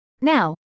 Now